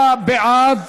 בעד,